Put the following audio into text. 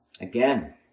Again